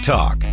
Talk